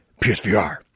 PSVR